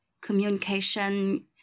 communication